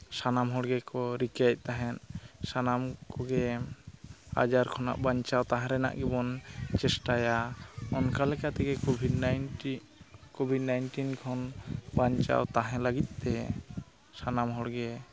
ᱥᱟᱱᱟᱢ ᱦᱚᱲ ᱜᱮᱠᱚ ᱨᱤᱠᱟᱹᱭᱮᱫ ᱛᱟᱦᱮᱸᱫ ᱥᱟᱱᱟᱢ ᱠᱚᱜᱮ ᱟᱡᱟᱨ ᱠᱷᱚᱱᱟᱜ ᱵᱟᱧᱪᱟᱣ ᱛᱟᱦᱮᱸ ᱨᱮᱱᱟᱜ ᱜᱮᱵᱚᱱ ᱪᱮᱥᱴᱟᱭᱟ ᱚᱱᱠᱟ ᱞᱮᱠᱟ ᱛᱮᱜᱮ ᱠᱳᱵᱷᱤᱰ ᱱᱟᱭᱤᱱᱴᱤ ᱠᱳᱵᱷᱤᱰ ᱱᱟᱭᱤᱱᱴᱤᱱ ᱠᱷᱚᱱ ᱵᱟᱧᱪᱟᱣ ᱛᱟᱦᱮᱸ ᱞᱟᱹᱜᱤᱫ ᱛᱮ ᱥᱟᱱᱟᱢ ᱦᱚᱲ ᱜᱮ